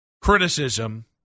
criticism